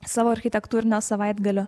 savo architektūrinio savaitgalio